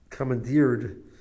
commandeered